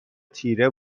تیره